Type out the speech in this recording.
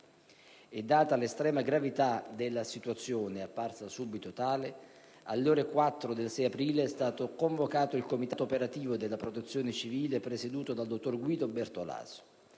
e, data l'estrema gravità della situazione apparsa subito tale, alle ore 4 del 6 aprile è stato convocato il Comitato operativo della Protezione civile, presieduto dal dottor Guido Bertolaso,